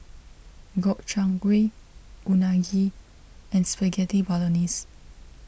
Gobchang Gui Unagi and Spaghetti Bolognese